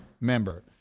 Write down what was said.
member